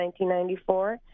1994